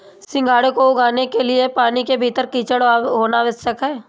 सिंघाड़े को उगाने के लिए पानी के भीतर कीचड़ होना आवश्यक है